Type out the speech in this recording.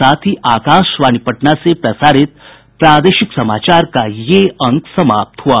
इसके साथ ही आकाशवाणी पटना से प्रसारित प्रादेशिक समाचार का ये अंक समाप्त हुआ